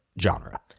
genre